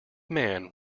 man